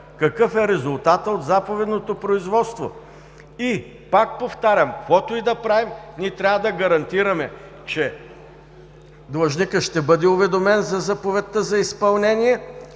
какъв е резултатът от заповедното производство. Пак повтарям, каквото и да правим, ние трябва да гарантираме, че длъжникът ще бъде уведомен за заповедта за изпълнение,